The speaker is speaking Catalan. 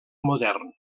modern